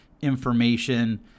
information